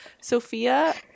Sophia